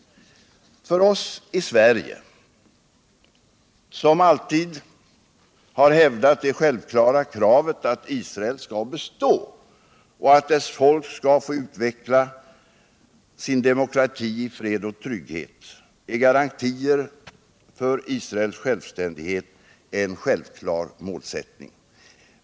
Föross i Sverige, som alltid hävdat det självklara kravet att Israel skall bestå och att dess folk skall få utveckla sin demokrati i fred och trygghet, är garantier för Israels självständighet en given målsättning.